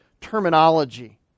terminology